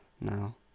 now